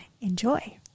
Enjoy